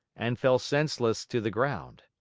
and fell senseless to the ground.